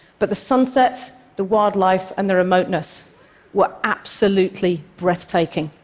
but the sunsets, the wildlife, and the remoteness were absolutely breathtaking.